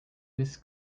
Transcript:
this